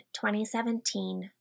2017